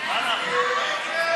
ההצעה